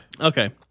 Okay